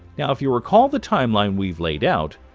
yeah if you recall the timeline we've laid out,